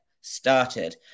started